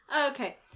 Okay